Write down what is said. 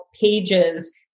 pages